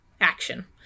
action